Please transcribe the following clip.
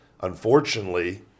Unfortunately